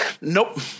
nope